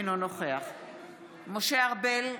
אינו נוכח משה ארבל,